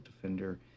defender